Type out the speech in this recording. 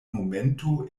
momento